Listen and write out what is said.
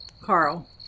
Carl